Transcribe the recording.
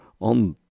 on